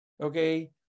okay